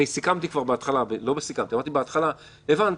הרי אמרתי בהתחלה, הבנתי,